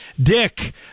Dick